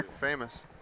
famous